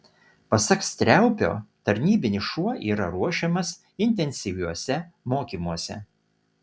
pasak striaupio tarnybinis šuo yra ruošiamas intensyviuose mokymuose